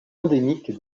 endémique